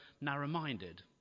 narrow-minded